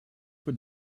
for